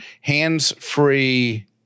hands-free-